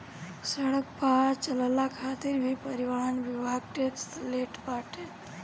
सड़क पअ चलला खातिर भी परिवहन विभाग टेक्स लेट बाटे